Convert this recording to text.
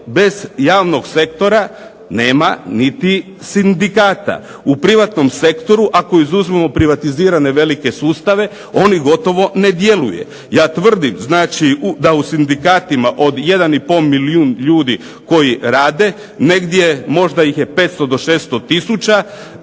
bez javnog sektora nema niti sindikata. U privatnom sektoru ako izuzmemo privatizirane velike sustave oni i gotovo ne djeluje. Ja tvrdim da u sindikatima od 1,5 milijuna ljudi koji rade negdje možda ih je 500 do 600 tisuća.